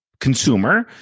Consumer